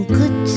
good